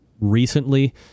recently